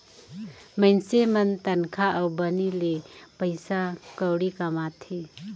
मइनसे मन तनखा अउ बनी ले पइसा कउड़ी कमाथें